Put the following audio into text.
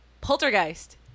Poltergeist